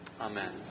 Amen